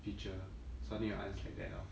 feature so I think your aunt's like that now